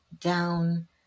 down